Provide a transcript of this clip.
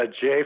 Jay